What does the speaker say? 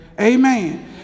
amen